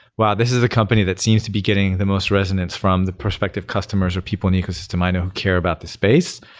wow! this is a company that seems to be getting the most residents from the perspective customers or people in ecosystem i know who care about this space.